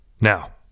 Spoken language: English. Now